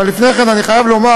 אבל לפני כן אני חייב לומר,